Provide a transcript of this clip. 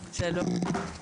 שלום.